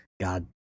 God